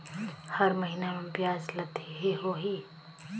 हर महीना मा ब्याज ला देहे होही?